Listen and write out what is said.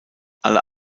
alle